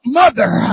mother